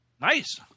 Nice